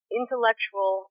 intellectual